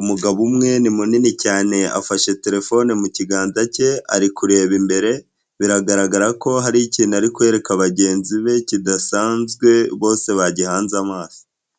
umugabo umwe ni munini cyane afashe terefone mu kiganza cye ari kureba imbere, biragaragara ko hari ikintu ari kwereka bagenzi be kidasanzwe, bose bagihanze amaso.